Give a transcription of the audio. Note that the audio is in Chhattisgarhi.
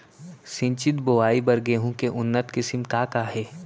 सिंचित बोआई बर गेहूँ के उन्नत किसिम का का हे??